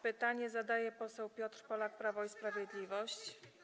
Pytanie zadaje poseł Piotr Polak, Prawo i Sprawiedliwość.